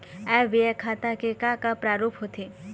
आय व्यय खाता के का का प्रारूप होथे?